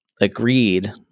agreed